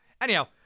Anyhow